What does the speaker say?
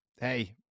hey